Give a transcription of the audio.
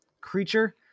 creature